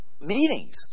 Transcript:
meetings